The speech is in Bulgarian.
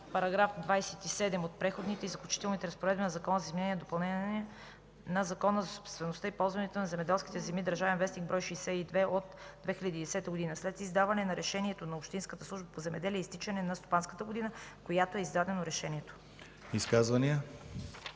реда на § 27 от Преходните и заключителните разпоредби на Закона за изменение и допълнение на Закона за собствеността и ползването на земеделските земи (ДВ, бр. 62 от 2010 г.), след издаване на решението на общинската служба по земеделие и изтичане на стопанската година, в която е издадено решението.”